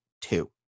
two